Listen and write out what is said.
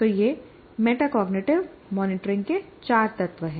तो ये metacognitive monitoring के चार तत्व हैं